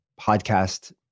podcast